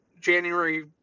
January